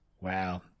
wow